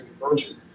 conversion